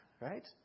right